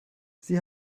sie